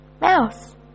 mouse